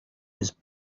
his